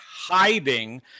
hiding